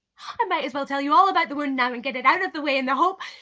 i might as well tell you all about the wound now and get it out of the way in the hope,